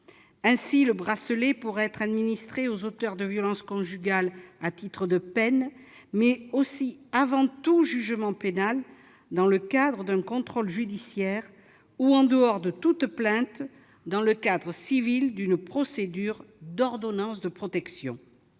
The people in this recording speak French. Ainsi, le bracelet pourra être imposé aux auteurs de violences conjugales à titre de peine, mais aussi avant tout jugement pénal dans le cadre d'un contrôle judiciaire ou, en dehors de toute plainte, dans le cadre civil d'une procédure d'ordonnance de protection.